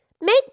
Make